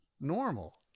normal